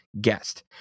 guest